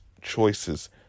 choices